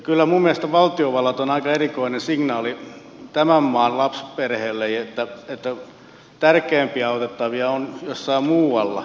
kyllä minun mielestäni valtiovallalta on aika erikoinen signaali tämän maan lapsiperheille että tärkeämpiä autettavia on jossain muualla kuin kotimaassa